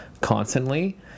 constantly